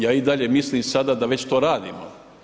Ja i dalje mislim i sada da već to radimo.